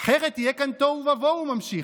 "אחרת יהיה כאן תוהו ובוהו", הוא ממשיך,